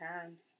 times